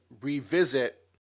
revisit